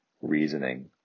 reasoning